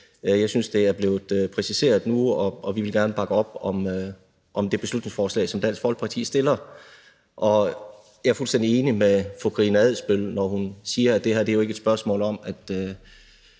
Jeg synes, det er blevet præciseret nu, og vi vil gerne bakke op om det beslutningsforslag, som Dansk Folkeparti har fremsat. Jeg er fuldstændig enig med fru Karina Adsbøl, når hun siger, at det her ikke er et spørgsmål om, at